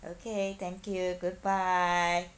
okay thank you goodbye